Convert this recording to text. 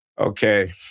Okay